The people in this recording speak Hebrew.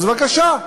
אז בבקשה.